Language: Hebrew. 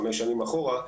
חמש שנים אחורה,